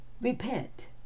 repent